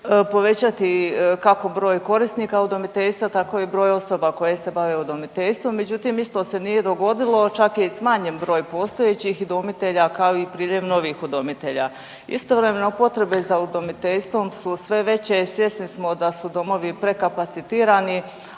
povećati kako broj korisnika udomiteljstva, tako i broj osoba koje se bave udomiteljstvom, međutim, isto se nije dogodilo, čak je i smanjen broj postojećih udomitelja, kao i priljev novih udomitelja. Istovremeno, potrebe za udomiteljstvom su sve veće i svjesni smo da su domovi prekapacitirani,